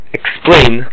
explain